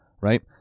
Right